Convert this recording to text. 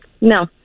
No